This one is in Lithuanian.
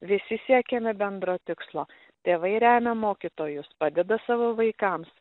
visi siekiame bendro tikslo tėvai remia mokytojus padeda savo vaikams